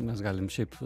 mes galim šiaip